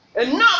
Enough